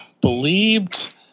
believed